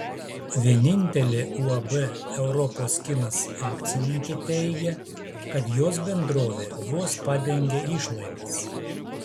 vienintelė uab europos kinas akcininkė teigia kad jos bendrovė vos padengia išlaidas